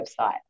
website